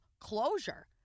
closure